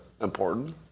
important